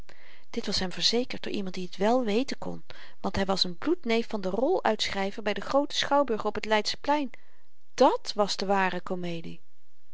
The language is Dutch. dit was hem verzekerd door iemand die t wel weten kon want hy was n bloedneef van den rol uitschryver by den grooten schouwburg op t leidsche plein dàt was de ware komedie